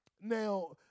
Now